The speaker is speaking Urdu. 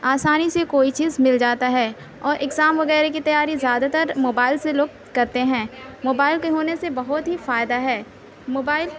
آسانی سے کوئی چیز مِل جاتا ہے اور اگزام وغیرہ کی تیاری زیادہ تر موبائل سے لوگ کرتے ہیں موبائل کے ہونے سے بہت ہی فائدہ ہے موبائل